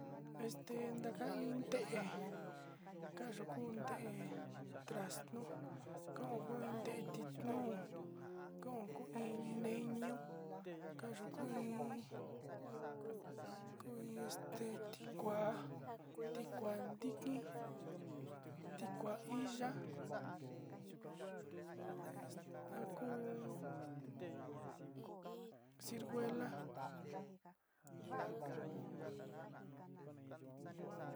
Ntaka in te’e kuan nte’e kujin ku in te’e titnu in neñu in tikua in ntoko yuka kaku in javixi ja jinida.